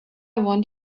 want